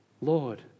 Lord